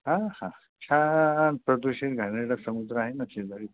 आहा छान प्रदूषित घाणेरडा समुद्र आहे ना शेजारी